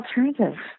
alternative